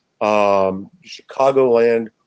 Chicagoland